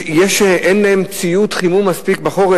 אין להם מספיק ציוד חימום בחורף,